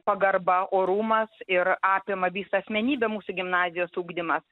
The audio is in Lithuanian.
pagarba orumas ir apima visą asmenybę mūsų gimnazijos ugdymas